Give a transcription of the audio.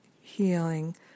healing